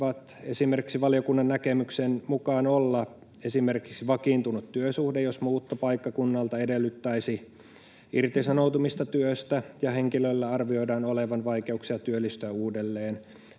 voisivat valiokunnan näkemyksen mukaan olla esimerkiksi vakiintunut työsuhde, jos muutto paikkakunnalta edellyttäisi irtisanoutumista työstä ja henkilöllä arvioidaan olevan vaikeuksia työllistyä uudelleen,